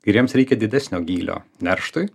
ir jiems reikia didesnio gylio nerštui